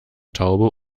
taube